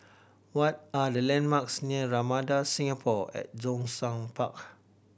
what are the landmarks near Ramada Singapore at Zhongshan Park